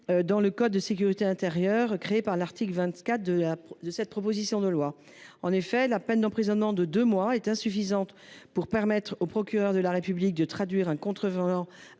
11 2 du code de la sécurité intérieure créé par l’article 24 de la proposition de loi. En effet, la peine d’emprisonnement de deux mois est insuffisante pour permettre au procureur de la République de traduire un contrevenant à une